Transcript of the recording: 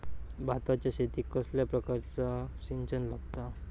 भाताच्या शेतीक कसल्या प्रकारचा सिंचन लागता?